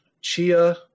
Chia